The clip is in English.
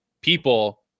people